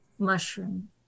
Mushroom